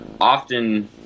often